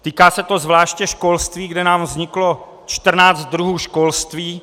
Týká se to zvláště školství, kde nám vzniklo 14 druhů školství.